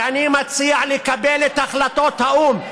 כי אני מציע לקבל את החלטות האו"ם,